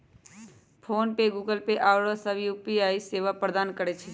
PhonePe, Google Pay आउरो सभ UPI सेवा प्रदान करै छै